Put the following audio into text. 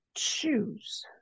choose